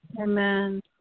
Amen